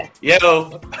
yo